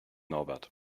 norbert